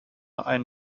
einen